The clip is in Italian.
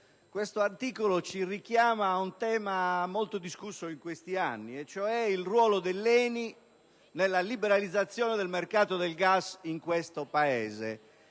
infatti, richiama un tema molto discusso in questi anni e cioè il ruolo dell'ENI nella liberalizzazione del mercato del gas in questo Paese.